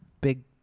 big